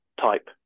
type